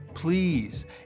Please